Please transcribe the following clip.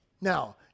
Now